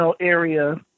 area